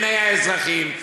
בעיני האזרחים,